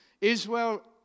Israel